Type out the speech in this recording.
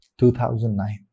2009